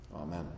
Amen